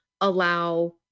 allow